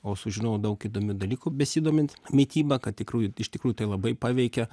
o sužinojau daug įdomių dalykų besidomint mityba kad tikrųjų iš tikrųjų tai labai paveikia